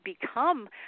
become